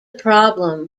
problem